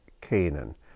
Canaan